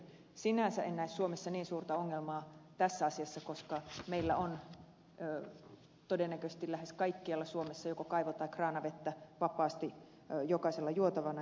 sinänsä en näe suomessa niin suurta ongelmaa tässä asiassa koska meillä on todennäköisesti lähes kaikkialla suomessa joko kaivo tai kraanavettä vapaasti jokaisella juotavana